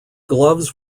gloves